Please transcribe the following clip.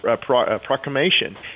proclamation